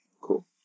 Cool